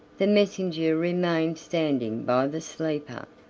the messenger remained standing by the sleeper,